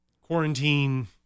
Quarantine